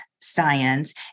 science